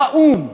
באו"ם,